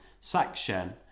section